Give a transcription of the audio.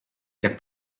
jak